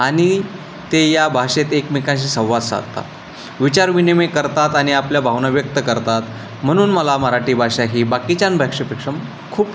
आणि ते या भाषेत एकमेकांशी संवाद साधतात विचारविनिमय करतात आणि आपल्या भावना व्यक्त करतात म्हणून मला मराठी भाषा ही बाकीच्या भाषेपेक्षा खूप